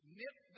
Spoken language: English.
nip